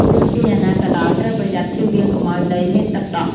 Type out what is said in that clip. ទោះជាយ៉ាងណាក៏ដោយ ត្រូវប្រយ័ត្នចៀសវាងកុំឱ្យដីមានទឹកដក់។